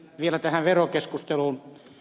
vielä tähän verokeskusteluun